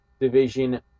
division